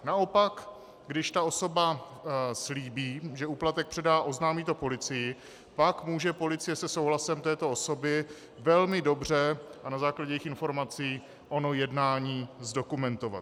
Naopak když ta osoba slíbí, že úplatek předá, oznámí to policii, pak může policie se souhlasem této osoby velmi dobře a na základě jejích informací ono jednání zdokumentovat.